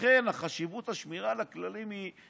לכן החשיבות של השמירה על הכללים היא